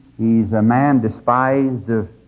he is a man despised of